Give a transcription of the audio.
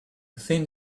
thin